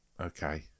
okay